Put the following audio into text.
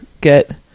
get